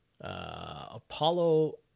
Apollo